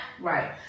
right